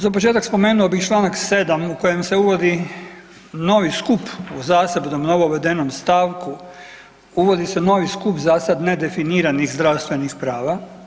Za početak spomenuo bih čl. 7. u kojem se uvodi novi skup u zasebnom novo uvedenom stavku, uvodi se novi skup za sad nedefiniranih zdravstvenih prava.